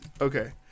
okay